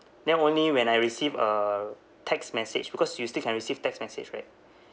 then only when I received a text message because you still can receive text message right